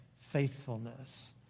faithfulness